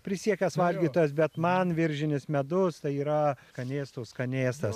prisiekęs valgytojas bet man viržinis medus tai yra skanėstų skanėstas